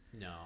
No